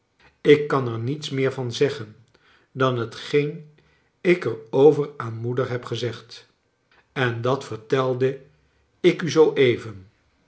ik kan er niets meer van zeggen dan hetgeen ik er over aan moeder heb gezegd en dat vertelde ik u zoo even